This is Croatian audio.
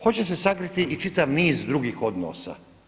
Hoće se sakriti i čitav niz drugih odnosa.